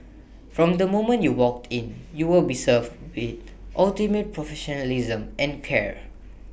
from the moment you walk in you will be served with ultimate professionalism and care